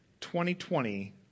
2020